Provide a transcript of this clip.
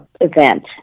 event